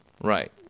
right